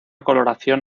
coloración